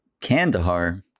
Kandahar